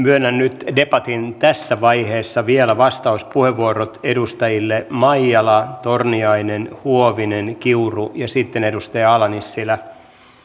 myönnän nyt debatin tässä vaiheessa vielä vastauspuheenvuorot edustajille maijala torniainen huovinen kiuru ja sitten edustaja ala nissilä ja